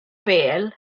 bêl